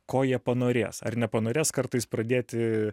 ko jie panorės ar nepanorės kartais pradėti